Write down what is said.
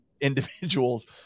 individuals